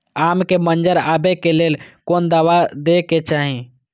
आम के मंजर आबे के लेल कोन दवा दे के चाही?